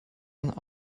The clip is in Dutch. aan